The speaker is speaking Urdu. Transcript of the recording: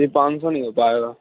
پانچ سو نہیں ہو پائے گا